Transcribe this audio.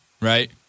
right